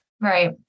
Right